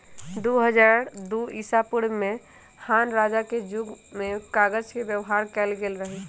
दू हज़ार दू ईसापूर्व में हान रजा के जुग में कागज के व्यवहार कएल गेल रहइ